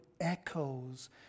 echoes